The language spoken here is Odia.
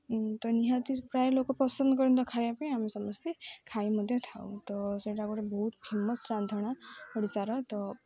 ତ ନିହାତି ପ୍ରାୟ ଲୋକ ପସନ୍ଦ କରନ୍ତି ଖାଇବା ପାଇଁ ଆମେ ସମସ୍ତେ ଖାଇ ମଧ୍ୟ ଥାଉ ତ ସେଇଟା ଗୋଟେ ଫେମସ୍ ରାନ୍ଧଣା ଓଡ଼ିଶାର ତ